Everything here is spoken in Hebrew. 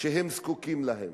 שהם זקוקים לה.